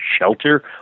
shelter